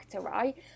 right